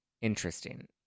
interesting